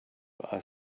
are